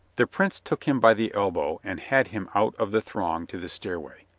the prince took him by the elbow and had him out of the throng to the stairway.